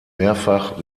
mehrfach